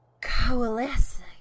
Coalescing